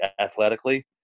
athletically